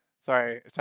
Sorry